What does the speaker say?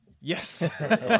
Yes